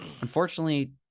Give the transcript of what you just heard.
unfortunately